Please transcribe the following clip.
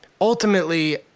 ultimately